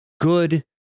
good